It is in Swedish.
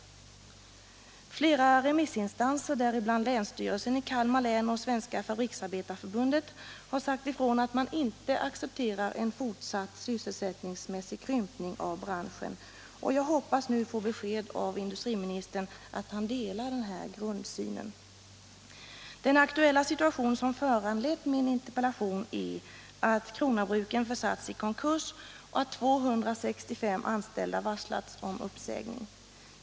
manuella glasindu Flera remissinstanser, däribland länsstyrelsen i Kalmar län och Svenska = strin fabriksarbetareförbundet, har sagt ifrån att man inte accepterar en fortsatt sysselsättningsmässig krympning av branschen. Jag hoppas nu få besked av industriministern att han delar denna grundsyn. Den aktuella situation som föranlett min interpellation är att Krona Bruken försatts i konkurs och att 265 anställda varslats om uppsägning.